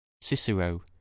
Cicero